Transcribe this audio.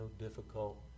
difficult